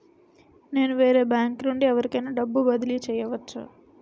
నేను వేరే బ్యాంకు నుండి ఎవరికైనా డబ్బు బదిలీ చేయవచ్చా?